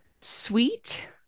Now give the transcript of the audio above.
sweet